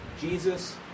Jesus